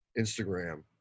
Instagram